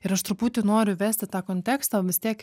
ir aš truputį noriu vesti tą kontekstą vis tiek